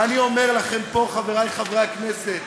ואני אומר לכם פה, חברי חברי הכנסת: